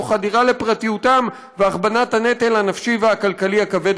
תוך חדירה לפרטיותם והכבדת הנטל הנפשי והכלכלי הכבד,